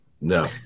No